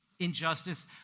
Injustice